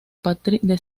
patricio